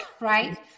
Right